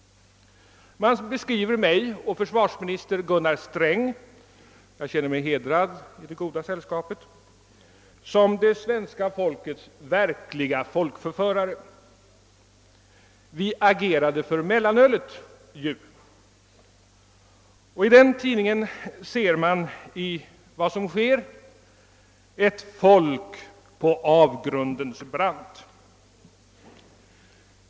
Man beskriver mig och finansminister Gunnar Sträng — jag känner mig hedrad i det goda sällskapet — som det svenska folkets verkliga förförare. Vi agerade ju för mellanölet. Tidningen tycker sig se ett folk på avgrundens brant.